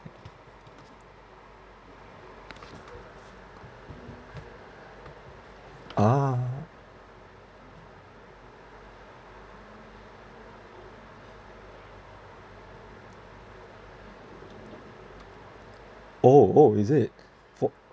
a'ah oh oh is it for